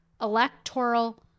electoral